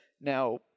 Now